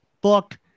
book